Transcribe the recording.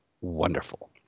wonderful